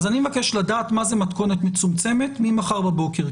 אני מבקש לדעת מה זו מתכונת מצומצמת ממחר בבוקר.